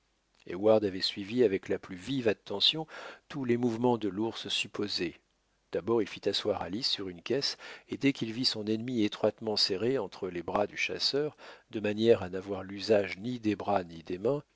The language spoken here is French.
heyward avait suivi avec la plus vive attention tous les mouvements de l'ours supposé d'abord il fit asseoir alice sur une caisse et dès qu'il vit son ennemi étroitement serré entre les bras du chasseur de manière à n'avoir l'usage ni des bras ni des mains